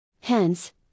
Hence